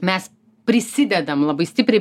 mes prisidedam labai stipriai